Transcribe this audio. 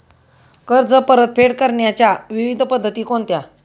कर्ज परतफेड करण्याच्या विविध पद्धती कोणत्या?